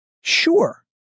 Sure